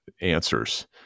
answers